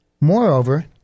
Moreover